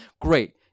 Great